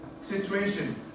situation